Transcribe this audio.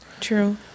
True